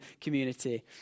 community